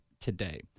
today